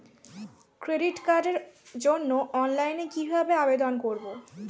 Credit কার্ডের জন্য অনলাইনে কিভাবে আবেদন করব?